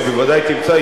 ובוודאי היא תמצא,